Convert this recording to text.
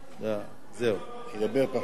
אני אדבר פחות.